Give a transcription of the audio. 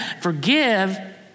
Forgive